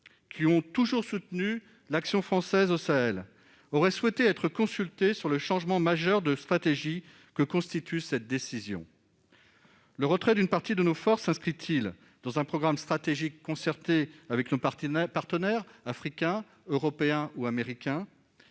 qui ont toujours soutenu l'action française au Sahel, auraient souhaité être consultés sur le changement majeur de stratégie que constitue cette décision. Le retrait d'une partie de nos forces s'inscrit-il dans un programme stratégique concerté avec nos partenaires africains, européens et américains ?